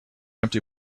empty